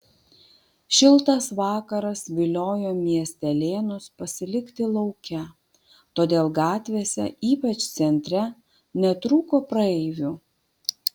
šiltas vakaras viliojo miestelėnus pasilikti lauke todėl gatvėse ypač centre netrūko praeivių